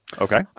Okay